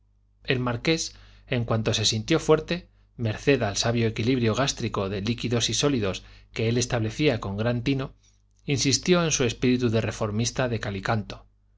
el marqués en cuanto se sintió fuerte merced al sabio equilibrio gástrico de líquidos y sólidos que él establecía con gran tino insistió en su espíritu de reformista de